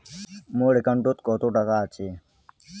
মোর একাউন্টত কত টাকা আছে?